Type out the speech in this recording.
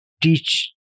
teach